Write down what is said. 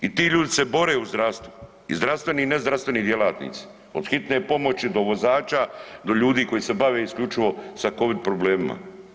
I ti ljudi se bore u zdravstvu i zdravstveni i nezdravstveni djelatnici, od hitne pomoći do vozača do ljudi koji se bave isključivo sa Covid problemima.